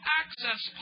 access